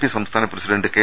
P സംസ്ഥാന president K